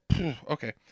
okay